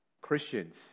Christians